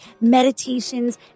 meditations